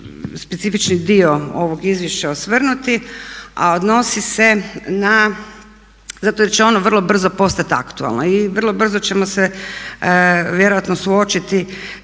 specifični dio ovog izvješća osvrnuti a odnosi se na, zato jer će ono vrlo brzo postati aktualno. I vrlo brzo ćemo se vjerojatno suočiti